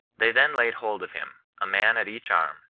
they then laid hold of him, a man at each arm,